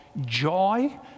joy